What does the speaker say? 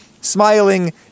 smiling